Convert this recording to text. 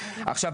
עכשיו,